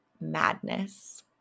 madness